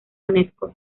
unesco